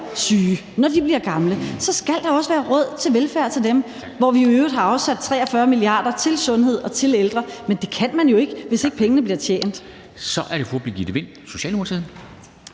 eller når de bliver gamle, skal der også være råd til velfærd til dem. Vi har i øvrigt afsat 43 mia. kr. til sundhed og til ældre, men det kan man jo ikke, hvis ikke pengene bliver tjent. Kl. 16:57 Formanden (Henrik Dam